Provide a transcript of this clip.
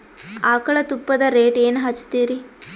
ಆಕಳ ತುಪ್ಪದ ರೇಟ್ ಏನ ಹಚ್ಚತೀರಿ?